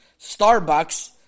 Starbucks